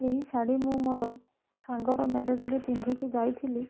ଏହି ଶାଢ଼ୀ ମୁଁ ମୋର ସାଙ୍ଗର ମ୍ୟାରେଜରେ ପିନ୍ଧିକି ଯାଇଥିଲି